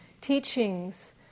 teachings